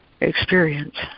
experience